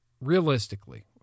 realistically